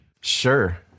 Sure